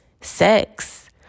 sex